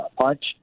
punch